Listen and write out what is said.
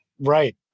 Right